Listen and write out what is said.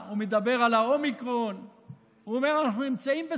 מעודד חינוך לשוויון מגדרי וישנן התוכניות